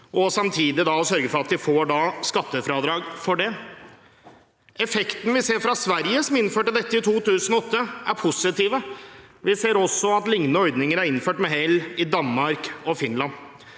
og samtidig sørge for at de får skattefradrag for det. Effektene i Sverige, som innførte dette i 2008, er positive. Vi ser også at liknende ordninger er innført med hell i Danmark og Finland.